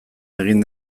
egin